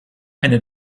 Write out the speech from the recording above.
eine